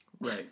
Right